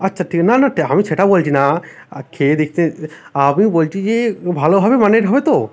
আচ্ছা ঠিক না না টা আমি সেটা বলছি না খেয়ে দেখতে আমি বলছি যে ভালো হবে মানের হবে তো